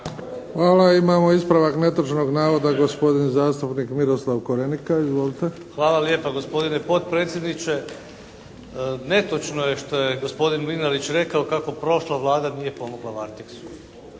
Hvala. Imamo ispravak netočnog navoda gospodin zastupnik Miroslav Korenika. Izvolite! **Korenika, Miroslav (SDP)** Hvala lijepa gospodine potpredsjedniče. Netočno je što je gospodin Mlinarić rekao kako prošla Vlada nije pomogla "Varteksu".